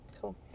Cool